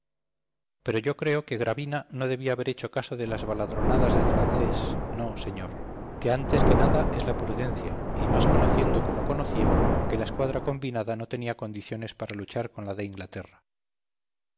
pero yo creo que gravina no debía haber hecho caso de las baladronadas del francés no señor que antes que nada es la prudencia y más conociendo como conocía que la escuadra combinada no tenía condiciones para luchar con la de inglaterra